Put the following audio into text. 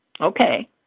Okay